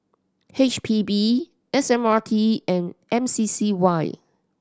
H P B S M R T and M C C Y